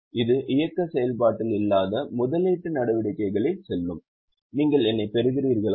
இது இயக்க செயல்பாட்டில் இல்லாத முதலீட்டு நடவடிக்கைகளில் செல்லும் நீங்கள் என்னைப் பெறுகிறீர்களா